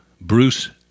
Bruce